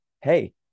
Hey